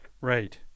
right